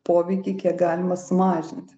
poveikį kiek galima sumažinti